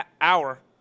hour